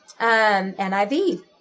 NIV